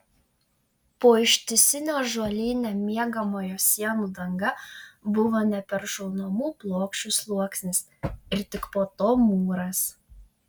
po ištisine ąžuoline miegamojo sienų danga buvo neperšaunamų plokščių sluoksnis ir tik po to mūras